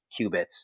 qubits